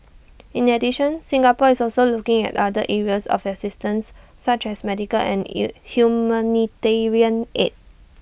in addition Singapore is also looking at other areas of assistance such as medical and you humanitarian aid